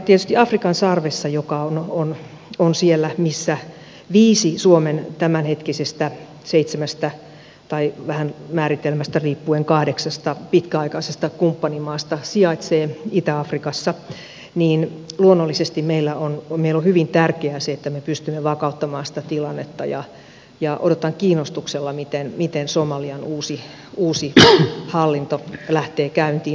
tietysti afrikan sarvessa joka on huono kun siellä missä viisi suomen tämänhetkisistä seitsemästä tai vähän määritelmästä riippuen kahdeksasta pitkäaikaisesta kumppanimaasta sijaitsee itä afrikassa luonnollisesti meille on hyvin tärkeää se että me pystymme vakauttamaan sitä tilannetta ja odotan kiinnostuksella miten somalian uusi hallinto lähtee käyntiin